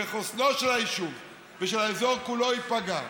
וחוסנו של היישוב ושל האזור כולו ייפגע.